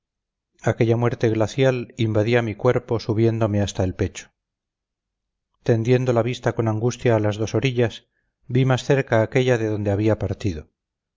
aquella muerte glacial invadía mi cuerpo subiéndome hasta el pecho tendiendo la vista con angustia a las dos orillas vi mas cerca aquella de donde había partido